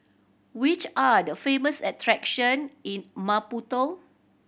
which are the famous attraction in Maputo